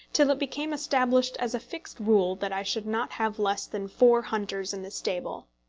till it became established as a fixed rule that i should not have less than four hunters in the stable.